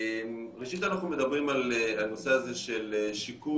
ראשית אנחנו מדברים על הנושא של שיקום